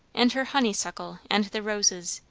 and her honeysuckle, and the roses,